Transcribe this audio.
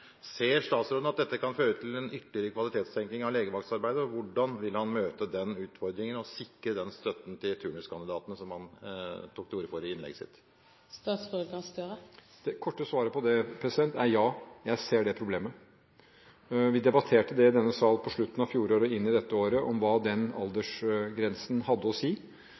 Ser statsråden at dette kan føre til en ytterligere kvalitetssenking av legevaktsarbeidet? Hvordan vil han møte den utfordringen og sikre den støtten til turnuskandidatene som han tok til orde for i innlegget sitt? Det korte svaret på det er: Ja, jeg ser det problemet. Vi debatterte det i denne sal på slutten av fjoråret og inn i dette året, om hva den aldersgrensen hadde å si.